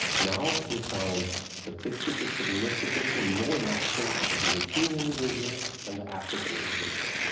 now we found statistically significantly more matching to the european individual than the african individual.